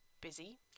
busy